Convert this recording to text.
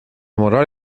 moral